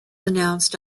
announced